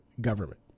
government